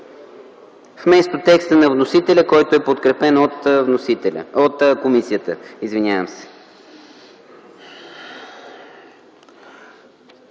вместо текста на вносителя, който е подкрепен от комисията. ПРЕДСЕДАТЕЛ